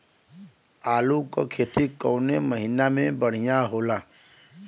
आलू क खेती कवने महीना में बढ़ियां होला?